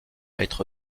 être